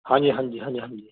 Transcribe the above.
ਹਾਂਜੀ ਹਾਂਜੀ ਹਾਂਜੀ ਹਾਂਜੀ